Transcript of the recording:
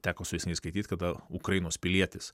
teko su jais neįskaityt kada ukrainos pilietis